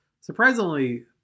Surprisingly